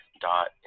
dot